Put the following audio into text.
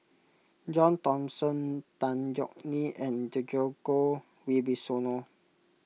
John Thomson Tan Yeok Nee and Djoko Wibisono